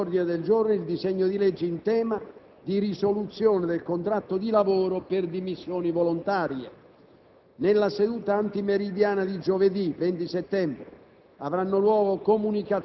Sarà inoltre iscritto all'ordine del giorno il disegno di legge in tema di risoluzione del contratto di lavoro per dimissioni volontarie. Nella seduta antimeridiana di giovedì 20 settembre,